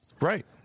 Right